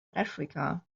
africa